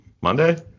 monday